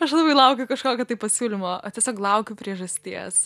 aš labai laukiu kažkokio tai pasiūlymo aš tiesiog laukiu priežasties